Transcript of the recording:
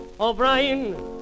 O'Brien